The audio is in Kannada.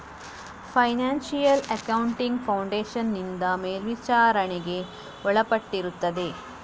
ಫೈನಾನ್ಶಿಯಲ್ ಅಕೌಂಟಿಂಗ್ ಫೌಂಡೇಶನ್ ನಿಂದ ಮೇಲ್ವಿಚಾರಣೆಗೆ ಒಳಪಟ್ಟಿರುತ್ತದೆ